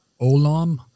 Olam